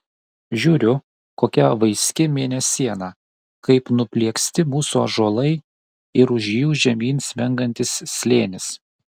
žiūriu kokia vaiski mėnesiena kaip nuplieksti mūsų ąžuolai ir už jų žemyn smengantis slėnis